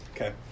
Okay